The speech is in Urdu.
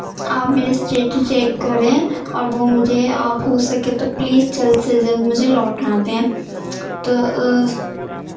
آپ میری سیٹ چیک کریں اور وہ مجھے آپ ہو سکے تو پلیز جلد سے جلد مجھے لوٹا دیں تو